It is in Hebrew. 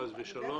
חס ושלום,